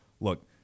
look